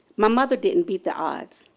my mother didn't beat the odds.